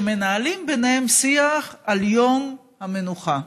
שמנהלים ביניהם שיח על יום המנוחה.